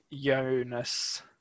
Jonas